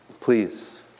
Please